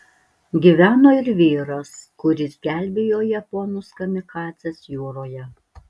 gyveno ir vyras kuris gelbėjo japonus kamikadzes jūroje